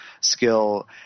skill